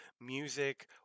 music